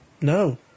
no